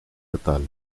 letal